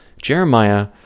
Jeremiah